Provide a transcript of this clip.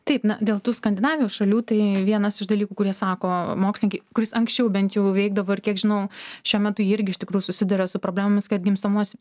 taip na dėl tų skandinavijos šalių tai vienas iš dalykų kurie sako mokslininkai kuris anksčiau bent jau veikdavo ir kiek žinau šiuo metu jie irgi iš tikrųjų susiduria su problemomis kad gimstamumas